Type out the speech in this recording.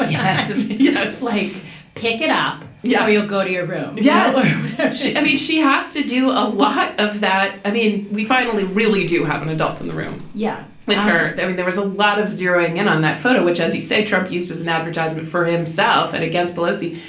yeah it's like pick it up yeah or you'll go to your room. yeah yes i mean she has to do a lot of that. i mean we finally really do have an adult in the room. yeah with her. i mean there was a lot of zeroing in on that photo which as you say trump used as an advertisement for himself and against pelosi.